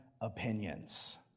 opinions